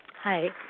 Hi